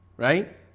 right